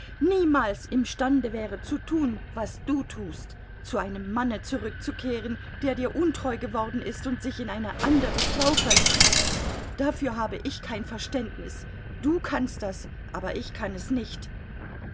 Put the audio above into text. niemals imstande wäre zu tun was du tust zu einem manne zurückzukehren der dir untreu geworden ist und sich in eine andere frau verliebt hat dafür habe ich kein verständnis du kannst das aber ich kann es nicht